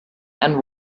and